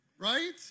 right